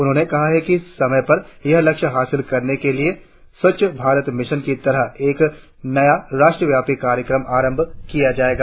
उन्होंने कहा कि समय पर यह लक्ष्य हासिल करने के लिए स्वच्छ भारत मिशन की तरह एक नया राष्ट्र व्यापी कार्यक्रम आरंभ किया जाएगा